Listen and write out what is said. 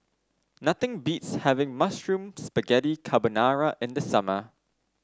nothing beats having Mushroom Spaghetti Carbonara in the summer